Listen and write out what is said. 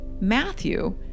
Matthew